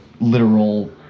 literal